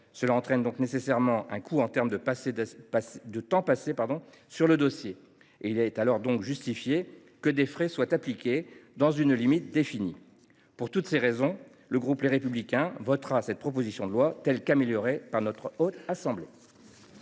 Cela entraîne nécessairement un coût en termes de temps passé sur le dossier. Il est donc justifié que des frais soient appliqués, dans une limite définie. Pour toutes ces raisons, le groupe Les Républicains votera cette proposition de loi telle qu’améliorée par notre Haute Assemblée.